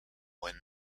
buen